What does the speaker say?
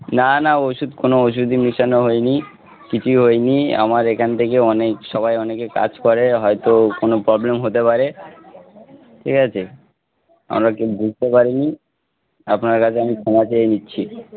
না না ওষুধ কোনো ওষুধই মেশানো হয় নি কিছু হয় নি আমার এখান থেকে অনেক সবাই অনেকে কাজ করে হয়তো কোনো প্রবলেম হতে পারে ঠিক আছে আমরা কউ বুঝতে পারি নি আপনার কাছে আমি ক্ষমা চেয়ে নিচ্ছি